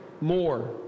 more